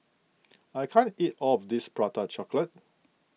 I can't eat all of this Prata Chocolate